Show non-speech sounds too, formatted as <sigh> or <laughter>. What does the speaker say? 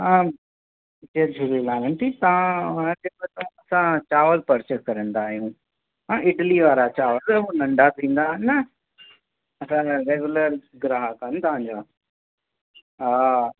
हा जय झूलेलाल आंटी तव्हां <unintelligible> चावल पर्चेस कंदा आहियूं हा इडलीअ वारा चांवर हो नंढा थींदा आहिनि न असां रेगूलर ग्राहक आहियूं तव्हांजा हा